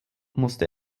musste